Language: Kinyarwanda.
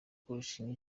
kurushinga